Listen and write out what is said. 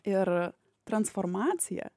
ir transformacija